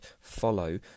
follow